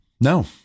No